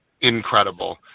Incredible